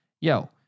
yo